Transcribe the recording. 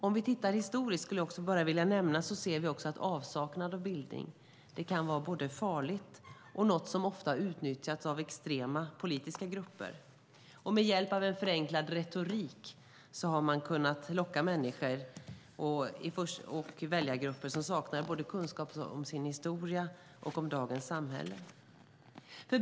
Om vi tittar på historien ser vi också att avsaknad av bildning kan vara farligt och något som ofta har utnyttjats av extrema politiska grupper. Med hjälp av en förenklad retorik har man kunnat locka till sig människor och väljargrupper som saknar kunskap om både sin historia och dagens samhälle.